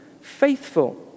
faithful